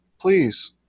please